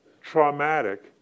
traumatic